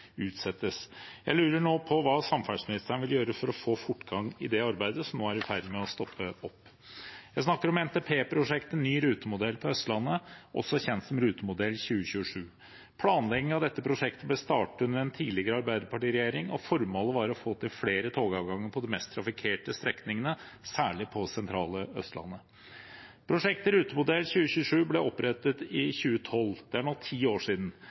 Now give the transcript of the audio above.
utsettes. Jeg lurer nå på hva samferdselsministeren vil gjøre for å få fortgang i det arbeidet som nå er i ferd med å stoppe opp. Jeg snakker om NTP-prosjektet Ny rutemodell på Østlandet, også kjent som Rutemodell 2027. Planlegging av dette prosjektet ble startet under en tidligere Arbeiderparti-regjering, og formålet var å få til flere togavganger på de mest trafikkerte strekningene, særlig på det sentrale Østlandet. Prosjektet Rutemodell 2027 ble opprettet i 2012. Det er nå ti år siden.